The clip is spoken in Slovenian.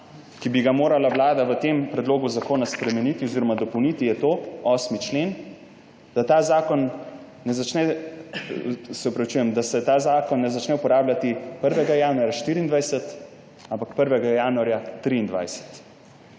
bi morala vlada v tem predlogu zakon spremeniti oziroma dopolniti, je ta 8. člen, da se ta zakon ne začne uporabljati 1. januarja 2024, ampak 1. januarja 2023.